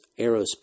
Aerospace